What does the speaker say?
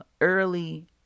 early